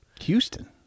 Houston